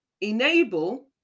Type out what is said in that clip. enable